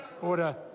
order